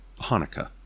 hanukkah